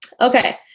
Okay